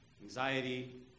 anxiety